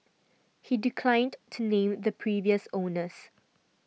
he declined to name the previous owners